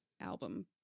album